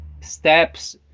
steps